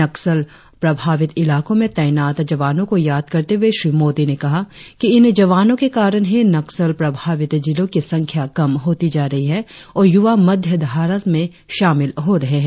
नक्सल प्रभावित इलाकों में तैनात जवानों को याद करते हुए श्री मोदी ने कहा कि इन जवानों के कारण ही नक्सल प्रभावित जिलों की संख्या कम होती जा रही है और युवा मुख्य धारा में शामिल हो रहे है